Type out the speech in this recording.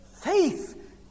faith